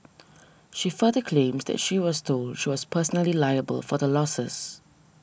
she further claims that she was told she was personally liable for the losses